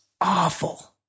awful